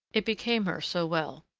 it became her so well.